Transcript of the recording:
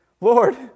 Lord